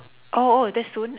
oh oh that's soon